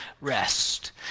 rest